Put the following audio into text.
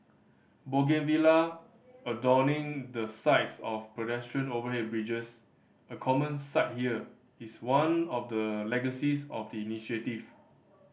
bougainvillea adorning the sides of pedestrian overhead bridges a common sight here is one of the legacies of the initiative